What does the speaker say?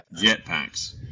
jetpacks